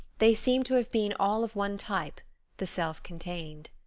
they seemed to have been all of one type the self-contained.